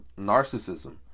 narcissism